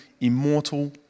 immortal